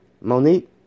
Monique